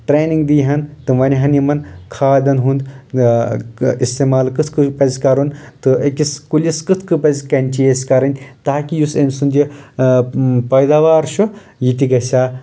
training دِی ہن تِم ونہِ ہن یِمن کھادن ہُنٛد استعمال کِتھ کٔنۍ پزِ کرُن تہٕ أکِس کُلِس کِتھ کٔنۍ پزِ کینچی اسہِ کرٕنۍ تاکہِ یُس أمۍ سُنٛد یہِ پٲداوار چھُ یہِ تہِ گژھِ ہا